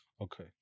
Okay